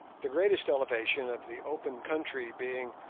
the greatest elevation of the open country being,